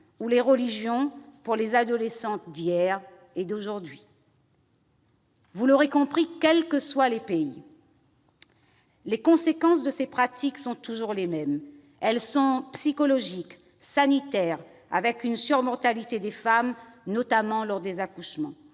ou les religions pour les adolescentes d'hier et d'aujourd'hui. Quels que soient les pays, les conséquences de ces pratiques sont toujours les mêmes. Elles sont psychologiques, sanitaires, avec une surmortalité des femmes, notamment lors des accouchements.